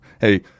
hey